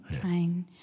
trying